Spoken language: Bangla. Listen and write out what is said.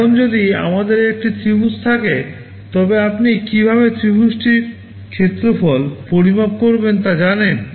এখন যদি আমাদের একটি ত্রিভুজ থাকে তবে আপনি কীভাবে ত্রিভুজটির ক্ষেত্রফল পরিমাপ করবেন তা জানেন